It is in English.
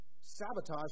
sabotage